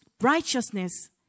righteousness